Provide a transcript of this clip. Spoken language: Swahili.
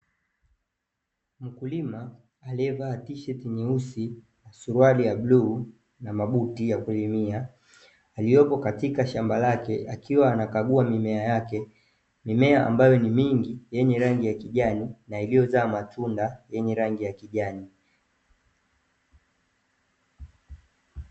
Mkulima aliyevaa tisheti nyeusi na suruali ya bluu na mabuti ya kulimia, iliyopo katika shamba lake akiwa anakagua mimea yake, mimea ambayo ni mingi yenye rangi ya kijani na iliyozaa matunda yenye rangi ya kijani.